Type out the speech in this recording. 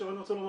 אני רוצה להגיד